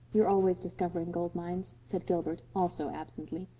you are always discovering gold mines, said gilbert also absently.